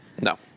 No